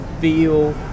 feel